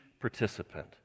participant